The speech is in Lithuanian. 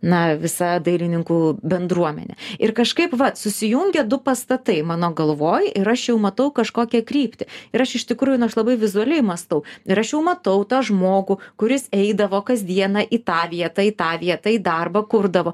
na visa dailininkų bendruomenė ir kažkaip vat susijungia du pastatai mano galvoj ir aš jau matau kažkokią kryptį ir aš iš tikrųjų nu aš labai vizualiai mąstau ir aš jau matau tą žmogų kuris eidavo kasdieną į tą vietą į tą vietą į darbą kurdavo